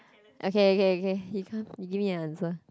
okay okay okay you come give me an answer